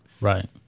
right